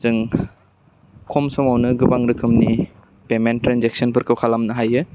जों खम समावनो गोबां रोखोमनि पेमेन्ट ट्रेनजेकसनफोरखौ खालामनो हायो